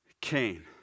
Cain